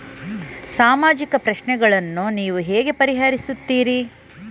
ಸಾಮಾಜಿಕ ಪ್ರಶ್ನೆಗಳನ್ನು ನೀವು ಹೇಗೆ ಪರಿಹರಿಸುತ್ತೀರಿ?